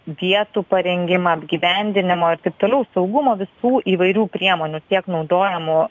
vietų parengimą apgyvendinimo ir taip toliau saugumo visų įvairių priemonių tiek naudojamų